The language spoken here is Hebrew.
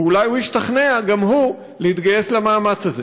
ואולי ישתכנע גם הוא להתגייס למאמץ הזה.